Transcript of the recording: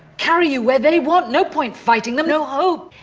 carry you where they want. no point fighting them. no hope.